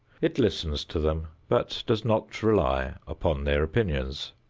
it listens to them but does not rely upon their opinions.